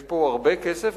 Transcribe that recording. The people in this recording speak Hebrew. יש פה הרבה כסף,